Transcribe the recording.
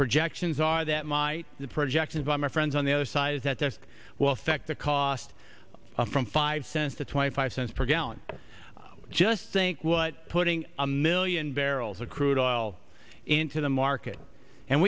projections are that my projections by my friends on the other side is that this will affect the cost of from five cents to twenty five cents per gallon just think what putting a million barrels of crude oil into the market and